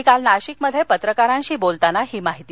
ते काल नाशिकमध्ये पत्रकारांशी बोलत होते